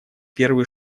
первый